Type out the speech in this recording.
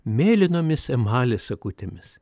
mėlynomis emalės akutėmis